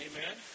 Amen